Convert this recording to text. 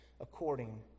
according